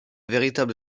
véritable